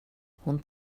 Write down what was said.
hon